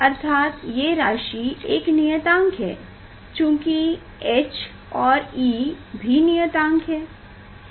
अर्थात ये राशि एक नियतांक है चूंकि h और e भी नियतांक है